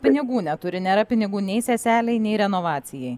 pinigų neturi nėra pinigų nei seselei nei renovacijai